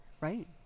Right